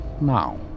now